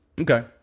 Okay